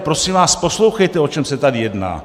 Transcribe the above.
Prosím vás, poslouchejte, o čem se tady jedná!